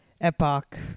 epoch